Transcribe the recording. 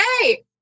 hey